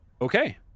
Okay